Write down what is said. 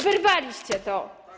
Wyrwaliście to.